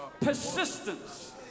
persistence